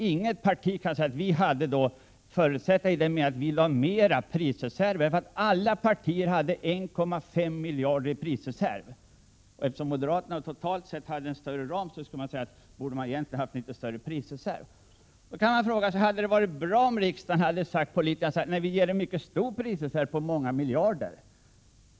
Inget parti kan säga sig ha förutsett detta genom att ge mer prisreserver. Alla partier hade 1,5 miljarder i prisreserv. Eftersom moderaterna totalt sett hade en större ram, borde de egentligen också ha haft en större prisreserv. Hade det varit bra om riksdagen hade gett en mycket stor prisreserv på många miljarder?